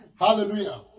Hallelujah